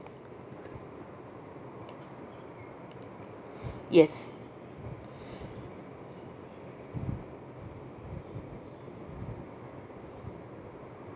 yes